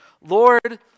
Lord